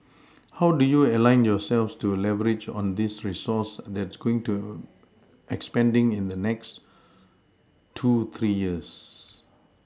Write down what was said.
how do you align yourselves to leverage on this resource that's going to expanding in the next two three years